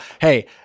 hey